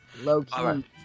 Low-key